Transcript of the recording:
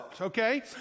okay